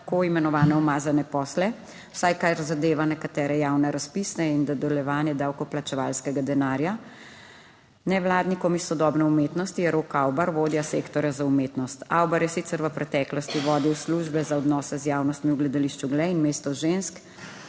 imenovane umazane posle, vsaj kar zadeva nekatere javne razpise in dodeljevanje davkoplačevalskega denarja nevladnikom iz sodobne umetnosti je Rok Avbar, vodja sektorja za umetnost. Avbar je sicer v preteklosti vodil službe za odnose z javnostmi v gledališču Glej in Mesto žensk,